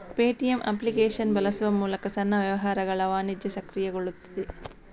Paytm application ಬಳಸುವ ಮೂಲಕ ಸಣ್ಣ ವ್ಯವಹಾರಗಳ ವಾಣಿಜ್ಯ ಸಕ್ರಿಯಗೊಳ್ಳುತ್ತದೆ